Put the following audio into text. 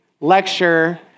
lecture